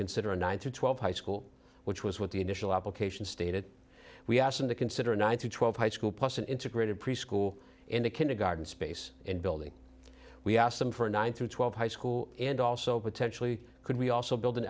consider a nine to twelve high school which was what the initial application stated we asked them to consider ninety twelve high school plus an integrated preschool and akin to garden space and building we asked them for a nine through twelve high school and also potentially could we also build an